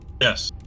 Yes